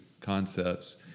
concepts